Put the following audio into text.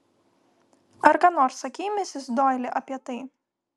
ar ką nors sakei misis doili apie tai